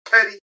petty